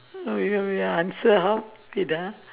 oh ya ya answer how wait ah